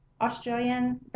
Australian